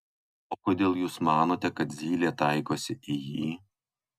o kodėl jūs manote kad zylė taikosi į jį